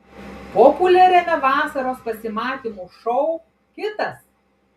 populiariame vasaros pasimatymų šou kitas